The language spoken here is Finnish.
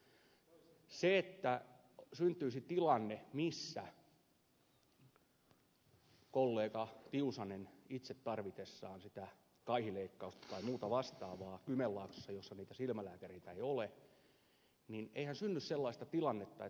jos ajatellaan että syntyisi tilanne jossa kollega tiusanen itse tarvitsisi sitä kaihileikkausta tai muuta vastaavaa kymenlaaksossa jossa niitä silmälääkäreitä ei ole niin eihän synny sellaista tilannetta että ed